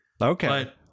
Okay